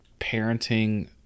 parenting